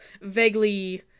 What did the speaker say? vaguely-